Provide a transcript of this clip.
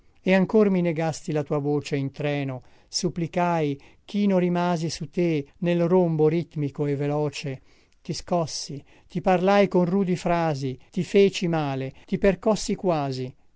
e ancora mi negasti la tua voce in treno supplicai chino rimasi su te nel rombo ritmico e veloce ti scossi ti parlai con rudi frasi ti feci male ti percossi quasi